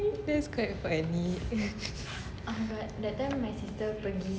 that's quite funny